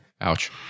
Ouch